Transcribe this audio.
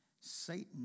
Satan